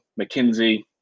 McKinsey